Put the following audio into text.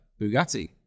Bugatti